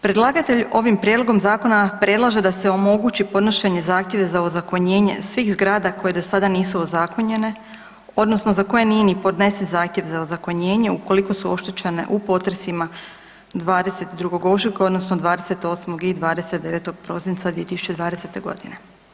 Predlagatelj ovim prijedlogom zakona predlaže da se omogući podnošenje zahtjeva za ozakonjenje svih zgrada koje do sada nisu ozakonjene odnosno za koje nije ni podnesen zahtjev za ozakonjenje ukoliko su oštećene u potresima 22. ožujka odnosno 28. i 29. prosinca 2020. godine.